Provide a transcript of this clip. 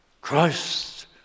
Christ